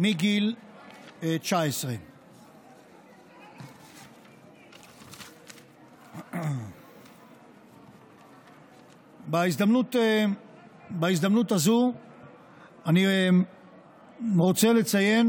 מגיל 19. בהזדמנות הזו אני רוצה לציין